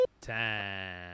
Time